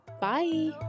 bye